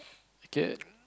a kid